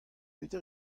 petra